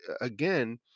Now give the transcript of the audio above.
again